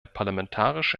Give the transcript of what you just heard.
parlamentarische